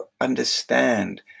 understand